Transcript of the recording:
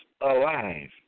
alive